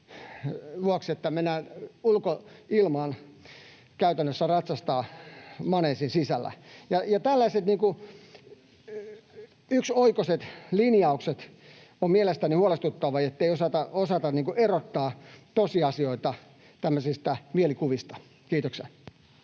että mennään käytännössä ulkoilmaan, ratsastamaan maneesin sisällä. Tällaiset yksioikoiset linjaukset ovat mielestäni huolestuttavia, ettei osata erottaa tosiasioita tämmöisistä mielikuvista. — Kiitoksia.